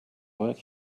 work